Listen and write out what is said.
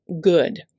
good